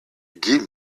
give